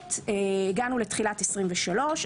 כעת הגענו לתחילת 23,